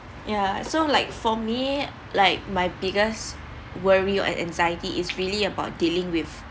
ya so like for me like my biggest worry or anxiety is really about dealing with